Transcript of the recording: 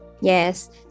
Yes